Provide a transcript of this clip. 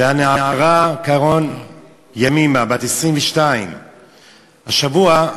והנערה קארן ימימה, בת 22. השבוע,